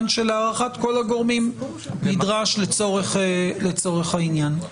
שלהערכת כל הגורמים נדרש לצורך העניין.